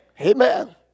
Amen